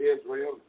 Israel